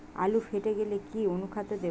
আলু ফেটে গেলে কি অনুখাদ্য দেবো?